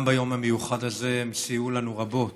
גם ביום המיוחד הזה הם סייעו לנו רבות.